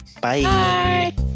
Bye